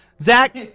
Zach